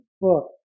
book